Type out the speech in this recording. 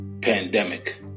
pandemic